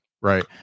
Right